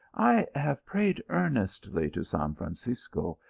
i have prayed earnestly to san francisco,